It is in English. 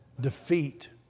Defeat